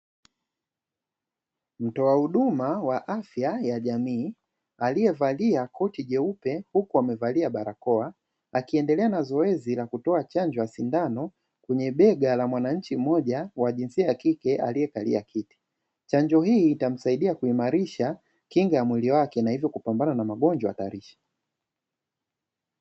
Mtoa huduma wa afya ya jamii, aliyevalia koti jeupe huku amevalia barakoa, akiendelea na zoezi la kutoa chanjo ya sindano, kwenye bega la mwananchi mmoja jinsia ya kike, aliyekalia kiti, chanjo hii itamsaidia kuimarisha kinga ya mwili wake, na hivyo kupambana na magonjwa hatarishi.